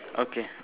okay